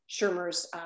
Shermer's